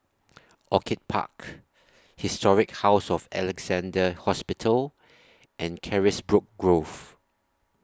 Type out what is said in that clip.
Orchid Park Historic House of Alexandra Hospital and Carisbrooke Grove